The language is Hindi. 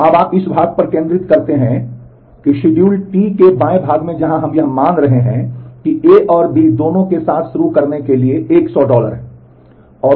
तो अब आप इस भाग पर ध्यान केंद्रित करते हैं शिड्यूल T के बाएँ भाग पर जहाँ हम यह मान रहे हैं कि A और B दोनों के साथ शुरू करने के लिए 100 डॉलर हैं